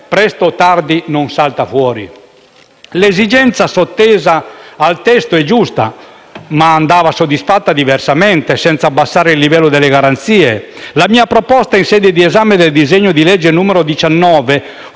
presto o tardi, non salta fuori? L'esigenza sottesa al testo è giusta, ma andava soddisfatta diversamente, senza abbassare il livello delle garanzie. La mia proposta, in sede di esame del disegno di legge n. 19,